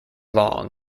long